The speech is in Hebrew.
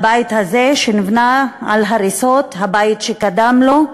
הבית הזה, שנבנה על הריסות הבית שקדם לו,